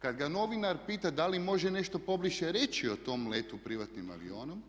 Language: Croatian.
Kad ga novinar pita da li može nešto pobliže reći o tom letu privatnim avionom,